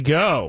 go